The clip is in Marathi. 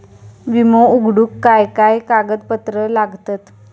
विमो उघडूक काय काय कागदपत्र लागतत?